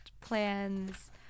plans